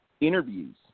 interviews